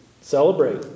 celebrate